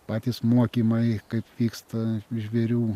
patys mokymai kaip vyksta žvėrių